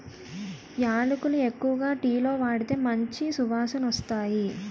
యాలకులు ఎక్కువగా టీలో వాడితే మంచి సువాసనొస్తాయి